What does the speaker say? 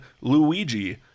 Luigi